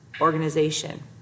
organization